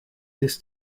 this